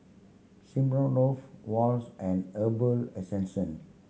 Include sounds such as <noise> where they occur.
Smirnoff Wall's and Herbal <unintelligible>